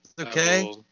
okay